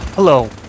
Hello